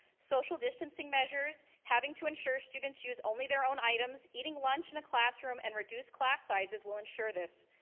social distancing measures, having to ensure students use only their own items, eating lunch in a classroom and reduced class sizes will ensure this.